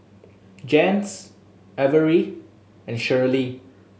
Jens Averi and Shirley